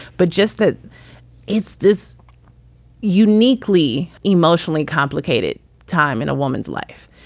but just that it's this uniquely emotionally complicated time in a woman's life.